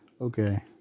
Okay